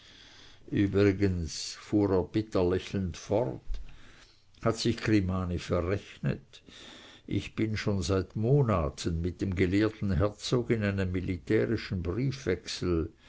übrigens fuhr er bitter lächelnd fort hat sich grimani verrechnet ich bin schon seit monaten mit dem gelehrten herzog in einem militärischen briefwechsel